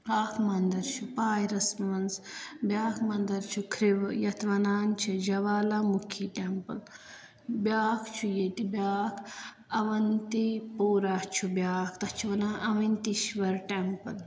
اَکھ مَنٛدَر چھُ پایرَس منٛز بیٛاکھ مَنٛدَر چھُ کھِرٛوٕ یَتھ وَنان چھِ جَوالا مُکھی ٹٮ۪مپٕل بیٛاکھ چھُ ییٚتہِ بیٛاکھ اَوَنتی پورہ چھُ بیٛاکھ تَتھ چھِ وَنان اَوَنتِشور ٹٮ۪مپٕل